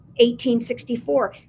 1864